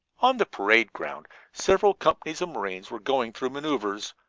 on the parade ground several companies of marines were going through maneuvers,